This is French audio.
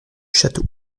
château